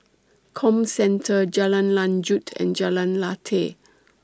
Comcentre Jalan Lanjut and Jalan Lateh